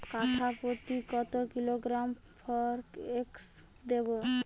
কাঠাপ্রতি কত কিলোগ্রাম ফরেক্স দেবো?